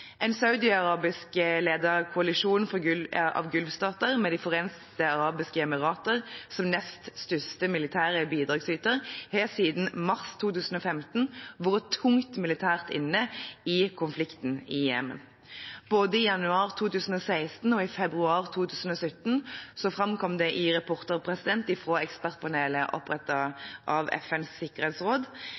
En saudiarabiskledet koalisjon av Golf-stater med De forente arabiske emirater som nest største militære bidragsyter har siden mars 2015 vært tungt militært inne i konflikten i Jemen. Både i januar 2016 og i februar 2017 framkom det i rapporter fra ekspertpanelet opprettet av FNs sikkerhetsråd